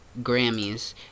Grammys